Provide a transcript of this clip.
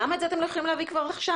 למה את זה אתם לא יכולים להביא כבר עכשיו?